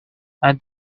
and